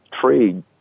trade